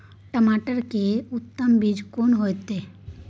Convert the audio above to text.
टमाटर के उत्तम बीज कोन होय है?